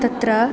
तत्र